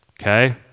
okay